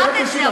אדוני השר,